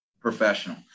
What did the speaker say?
professional